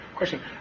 question